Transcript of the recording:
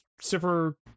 super